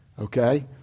Okay